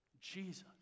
Jesus